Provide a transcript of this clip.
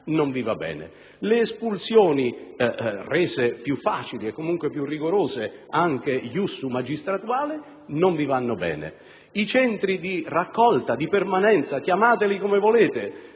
non vi va bene; le espulsioni, rese più facili e comunque più rigorose anche con lo *ius* magistratuale, non vi vanno bene; i centri di raccolta o di permanenza temporanea (se non